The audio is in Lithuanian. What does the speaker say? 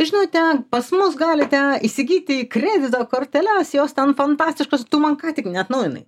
žinote pas mus galite įsigyti kredito korteles jos ten fantastiškos tu man ką tik neatnaujinai